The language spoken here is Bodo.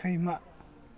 सैमा